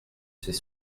ses